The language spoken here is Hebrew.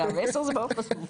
וגם זה חשוב.